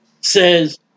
says